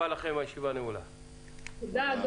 הישיבה ננעלה בשעה 11:25.